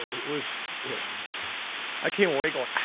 it was i came away going,